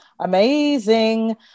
amazing